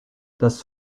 das